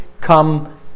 come